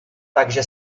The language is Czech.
takže